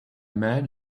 man